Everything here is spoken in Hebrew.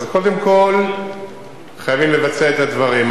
אז קודם כול, חייבים לבצע את הדברים.